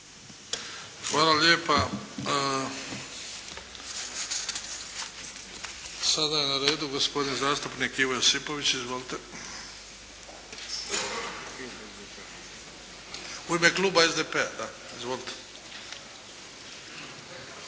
Hvala lijepa. Sada je na redu gospodin zastupnik Ivo Josipović u ime kluba SDP-a. Izvolite.